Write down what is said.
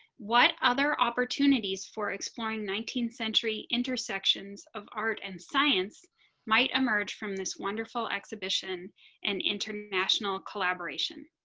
what other opportunities for exploring nineteenth century intersections of art and science might emerge from this wonderful exhibition and international collaboration.